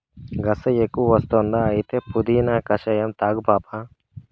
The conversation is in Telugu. గస ఎక్కువ వస్తుందా అయితే పుదీనా కషాయం తాగు పాపా